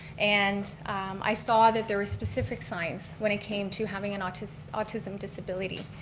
and i saw that there were specific signs when it came to having an autism autism disability.